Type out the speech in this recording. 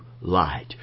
light